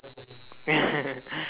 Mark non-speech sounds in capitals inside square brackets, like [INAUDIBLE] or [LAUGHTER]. [LAUGHS]